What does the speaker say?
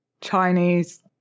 Chinese